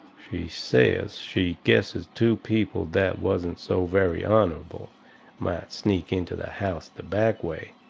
she says she guesses two people that wasn't so very honourable might sneak into the house the back way,